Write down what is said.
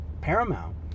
paramount